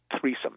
threesome